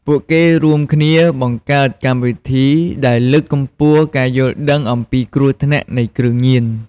ពួកគេរួមគ្នាបង្កើតកម្មវិធីដែលលើកកម្ពស់ការយល់ដឹង អំពីគ្រោះថ្នាក់នៃគ្រឿងញៀន។